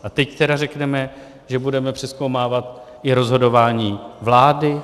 A teď tedy řekneme, že budeme přezkoumávat i rozhodování vlády?